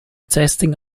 testing